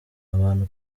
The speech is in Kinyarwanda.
abantu